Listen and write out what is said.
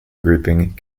grouping